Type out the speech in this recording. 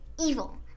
evil